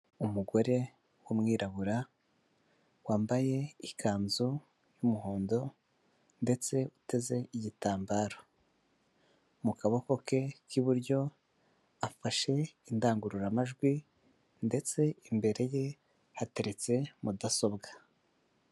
Umugore wumwirabura wambaye ikanzu y'umuhondo ndetse uteze igitambaro, mu kaboko ke k'iburyo afashe indangururamajwi ndetse imbere ye hateretse mudasobwa.